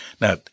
Now